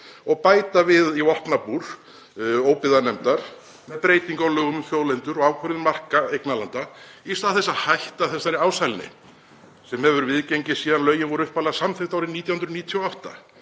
og bæta við í vopnabúr óbyggðanefndar með breytingu á lögum um þjóðlendur og ákvörðun marka eignarlanda í stað þess að hætta þessari ásælni sem hefur viðgengist síðan lögin voru upphaflega samþykkt árið 1998.